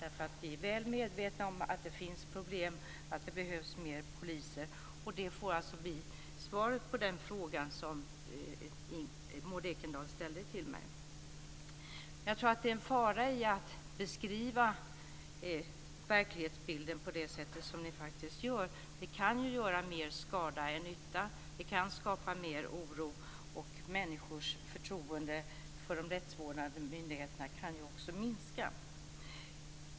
Vi är nämligen väl medvetna om att det finns problem och att det behövs fler poliser. Det får bli svaret på den fråga som Maud Ekendahl ställde till mig. Jag tror att det finns en fara i att beskriva verklighetsbilden på det sätt som ni gör. Det kan göra mer skada än nytta. Det kan skapa mer oro, och människors förtroende för de rättsvårdande myndigheterna kan minska.